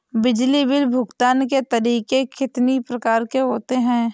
बिजली बिल भुगतान के तरीके कितनी प्रकार के होते हैं?